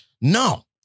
No